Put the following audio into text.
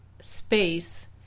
space